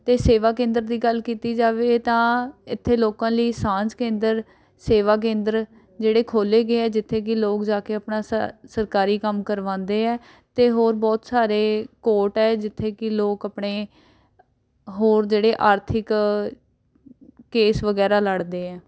ਅਤੇ ਸੇਵਾ ਕੇਂਦਰ ਦੀ ਗੱਲ ਕੀਤੀ ਜਾਵੇ ਤਾਂ ਇੱਥੇ ਲੋਕਾਂ ਲਈ ਸਾਂਝ ਕੇਂਦਰ ਸੇਵਾ ਕੇਂਦਰ ਜਿਹੜੇ ਖੋਲ੍ਹੇ ਗਏ ਆ ਜਿੱਥੇ ਕਿ ਲੋਕ ਜਾ ਕੇ ਆਪਣਾ ਸ ਸਰਕਾਰੀ ਕੰਮ ਕਰਵਾਉਂਦੇ ਆ ਅਤੇ ਹੋਰ ਬਹੁਤ ਸਾਰੇ ਕੋਰਟ ਆ ਜਿੱਥੇ ਕਿ ਲੋਕ ਆਪਣੇ ਹੋਰ ਜਿਹੜੇ ਆਰਥਿਕ ਕੇਸ ਵਗੈਰਾ ਲੜਦੇ ਆ